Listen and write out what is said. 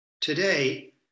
Today